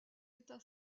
état